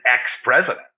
ex-president